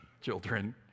Children